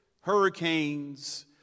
hurricanes